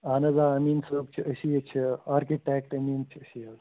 اَہَن حظ آ أمیٖن صٲب چھِ أسی حظ چھِ آرکِٹیکٹ أمیٖن چھِ أسی حظ